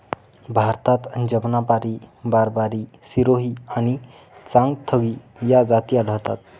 भारतात जमुनापारी, बारबारी, सिरोही आणि चांगथगी या जाती आढळतात